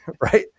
Right